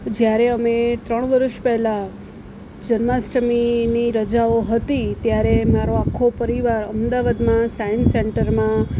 જ્યારે અમે ત્રણ વર્ષ પહેલા જન્માષ્ટમીની રજાઓ હતી ત્યારે મારો આખો પરિવાર અમદાવાદમાં સાયન્સ સેન્ટરમાં